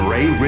Ray